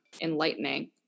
enlightening